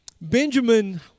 Benjamin